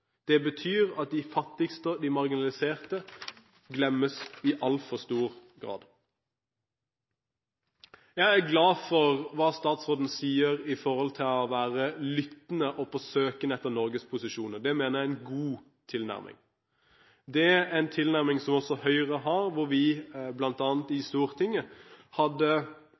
Det betyr at de fattigste og de marginaliserte glemmes i altfor stor grad. Jeg er glad for hva statsråden sier om å være lyttende og på søken etter Norges posisjon. Det mener jeg er en god tilnærming. Det er en tilnærming som også Høyre har. Vi hadde bl.a. seminar sammen med Redd Barna i Stortinget,